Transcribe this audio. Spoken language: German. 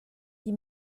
die